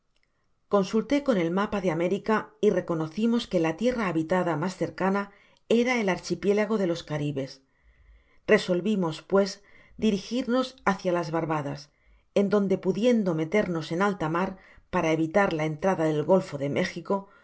consulté con el mapa de américa y reconocimos que la tierra habitada mas cer cana era el archipiélago de los caribes resolvimos pues dirigirnos hácia las barbadas en donde pudiendo meternos en alta mar para evitar la entrada del golfo de méjico